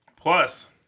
Plus